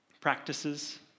Practices